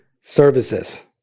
services